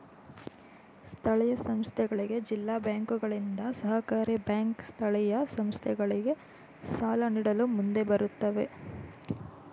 ಸ್ಥಳೀಯ ಸಂಸ್ಥೆಗಳಿಗೆ ಜಿಲ್ಲಾ ಬ್ಯಾಂಕುಗಳಿಂದ, ಸಹಕಾರಿ ಬ್ಯಾಂಕ್ ಸ್ಥಳೀಯ ಸಂಸ್ಥೆಗಳಿಗೆ ಸಾಲ ನೀಡಲು ಮುಂದೆ ಬರುತ್ತವೆ